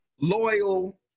loyal